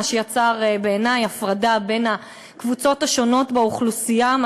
מה שיצר בעיני הפרדה בין הקבוצות השונות באוכלוסייה,